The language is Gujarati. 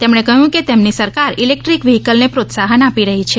તેમણે કહ્યુ કે તેમની સરકાર ઇલેકટ્રીક વ્હીકલને પ્રોત્સાહન આપી રહી છે